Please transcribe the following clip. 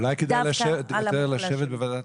אולי כדאי יותר לשבת בוועדת